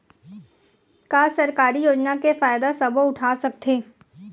का सरकारी योजना के फ़ायदा सबो उठा सकथे?